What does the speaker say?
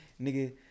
nigga